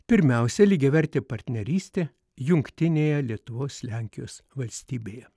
pirmiausia lygiavertė partnerystė jungtinėje lietuvos lenkijos valstybėje